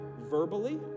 verbally